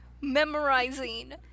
memorizing